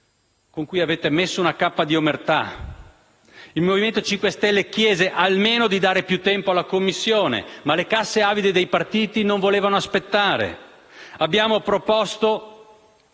con cui avete messo una cappa di omertà. Il Movimento 5 Stelle chiese almeno di dare più tempo alla Commissione, ma le casse avide dei partiti non volevano aspettare. Abbiamo proposto